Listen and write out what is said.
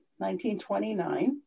1929